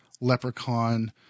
leprechaun